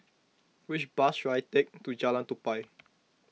which bus should I take to Jalan Tupai